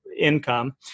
income